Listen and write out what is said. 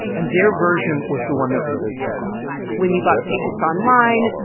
and their version was the one that really took off when you bought tickets online,